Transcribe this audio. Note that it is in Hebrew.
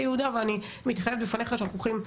יהודה ואני מתחייבת בפניך שאנחנו הולכים,